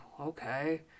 okay